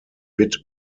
bit